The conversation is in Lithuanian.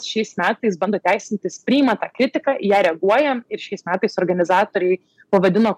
šiais metais bando teisintis priima tą kritiką į ją reaguoja ir šiais metais organizatoriai pavadino